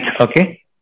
okay